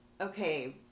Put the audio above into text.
okay